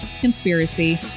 conspiracy